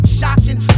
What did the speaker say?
shocking